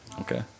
Okay